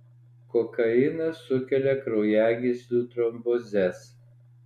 kokainas sukelia kraujagyslių trombozes